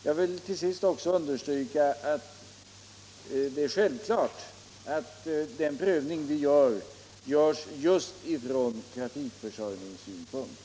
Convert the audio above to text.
Jag vill till sist också understryka att det är självklart att den prövning som vi gör sker just ifrån trafikförsörjningssynpunkt.